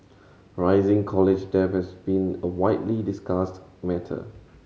rising college debt has been a widely discussed matter